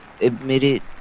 admitted